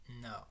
no